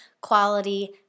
quality